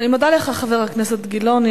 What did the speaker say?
אני מודה לך, חבר הכנסת גילאון.